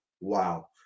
Wow